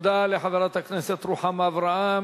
תודה לחברת הכנסת רוחמה אברהם.